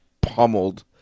pummeled